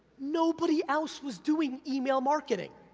nobody else was doing email marketing,